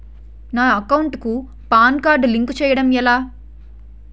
నా అకౌంట్ కు PAN card link చేయడం ఎలా?